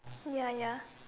ya ya